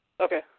Okay